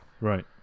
Right